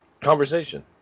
conversation